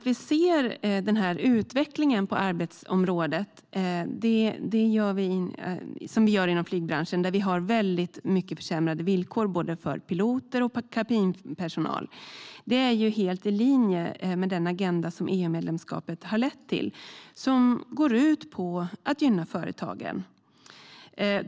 Vi ser en utveckling på arbetsområdet inom flygbranschen med mycket försämrade villkor för både piloter och kabinpersonal. Det är helt i linje med den agenda som EU-medlemskapet har lett till. Det går ut på att gynna företagen.